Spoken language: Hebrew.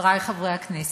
חברי חברי הכנסת,